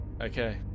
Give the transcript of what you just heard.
Okay